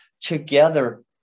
together